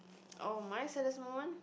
oh my saddest moment